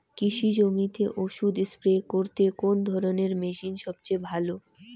কৃষি জমিতে ওষুধ স্প্রে করতে কোন ধরণের মেশিন সবচেয়ে ভালো?